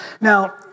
now